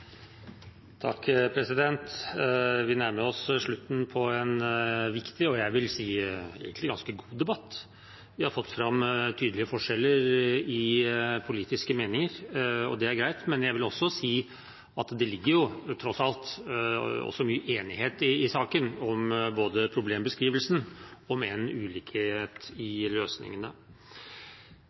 Vi nærmer oss slutten på en viktig og jeg vil si egentlig ganske god debatt. Vi har fått fram tydelige forskjeller i politiske meninger, og det er greit, men jeg vil også si at det tross alt ligger mye enighet i saken om selve problembeskrivelsen, om det enn er ulikhet i løsningene.